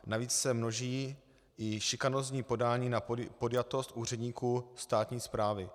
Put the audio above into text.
Navíc se množí i šikanózní podání na podjatost úředníků státní správy.